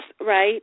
right